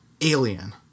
Alien